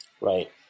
Right